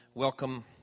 Welcome